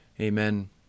Amen